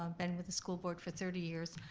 um been with the school board for thirty years.